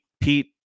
Pete